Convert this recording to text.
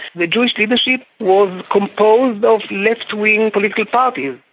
the jewish leadership was composed of left wing political parties,